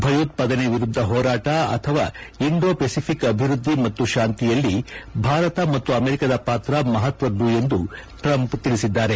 ಭಯೋತ್ವಾದನೆ ವಿರುದ್ದ ಹೋರಾಟ ಅಥವಾ ಇಂಡೋ ಪೆಸಿಫಿಕ್ ಅಭಿವ್ಯದ್ದಿ ಮತ್ತು ಶಾಂತಿಯಲ್ಲಿ ಭಾರತ ಮತ್ತು ಅಮೆರಿಕಾದ ಪಾತ್ರ ಮಹತ್ವದ್ದು ಎಂದು ಟ್ರಂಪ್ ತಿಳಿಸಿದ್ದಾರೆ